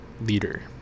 leader